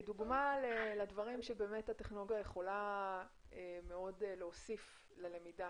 כדוגמה לדברים שהטכנולוגיה יכולה להוסיף ללמידה.